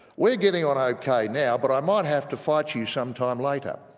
we're getting on ok now but i might have to fight you some time later!